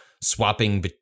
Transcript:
swapping